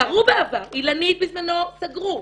קרו בעבר אילנית בזמנו סגרו.